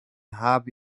habe